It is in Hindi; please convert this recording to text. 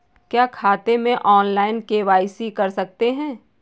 क्या खाते में ऑनलाइन के.वाई.सी कर सकते हैं?